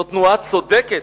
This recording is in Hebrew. זו תנועה צודקת.